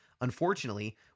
Unfortunately